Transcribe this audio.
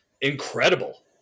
incredible